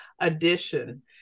addition